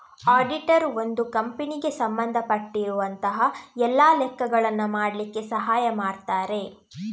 auditor ಒಂದು ಕಂಪನಿಗೆ ಸಂಬಂಧ ಪಟ್ಟಿರುವಂತಹ ಎಲ್ಲ ಲೆಕ್ಕಗಳನ್ನ ಮಾಡ್ಲಿಕ್ಕೆ ಸಹಾಯ ಮಾಡ್ತಾರೆ